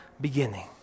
beginning